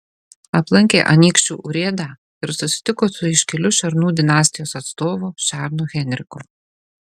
aplankė anykščių urėdą ir susitiko su iškiliu šernų dinastijos atstovu šernu henriku